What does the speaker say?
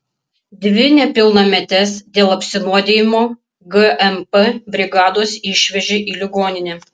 dvi nepilnametes dėl apsinuodijimo gmp brigados išvežė į ligoninę